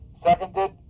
Seconded